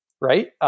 right